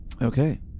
Okay